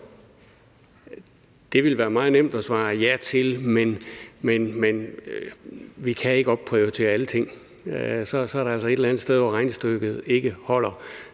Det vil være meget nemt at svare ja til, men vi kan ikke opprioritere alting. Så er der et eller andet sted, hvor regnestykket ikke holder.